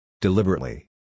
Deliberately